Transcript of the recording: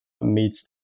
meets